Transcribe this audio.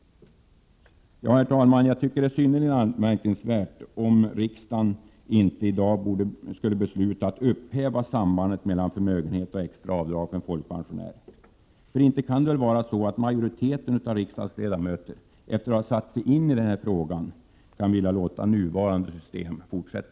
Herr talman! Jag tycker att det är synnerligen anmärkningsvärt om riksdagen i dag inte skulle besluta att upphäva sambandet mellan förmögenhet och extra avdrag för folkpensionärer. Inte kan väl majoriteten av riksdagens ledamöter, efter att ha satt sig in i denna fråga, vilja låta nuvarande system bestå?